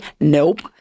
Nope